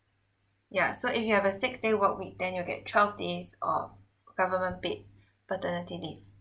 yeah so if you have a six day work week then you get twelve days of government paid paternity leave I'm a bed but then in in